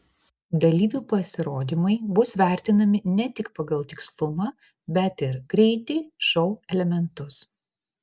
dalyvių pasirodymai bus vertinami ne tik pagal tikslumą bet ir greitį šou elementus